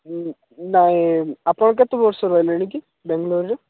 ନାଇଁ ଆପଣ କେତେ ବର୍ଷ ରହିଲେଣି କି ବେଙ୍ଗଲୋରରେ